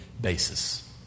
basis